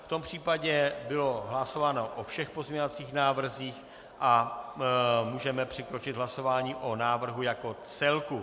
V tom případě bylo hlasování o všech pozměňovacích návrzích a můžeme přikročit k hlasování o návrhu jako celku.